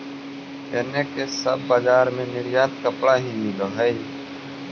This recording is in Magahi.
एने के सब बजार में निर्यातित कपड़ा ही मिल हई